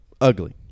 ugly